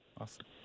Awesome